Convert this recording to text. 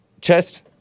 chest